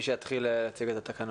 מי שיתחיל להציג את התקנות.